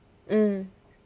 mm